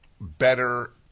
better